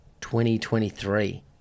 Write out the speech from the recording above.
2023